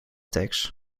tax